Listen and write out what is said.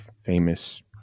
famous